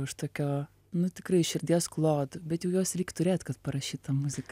už tokio nu tikrai širdies klodų bet jau jos reik turėt kad parašyt tą muziką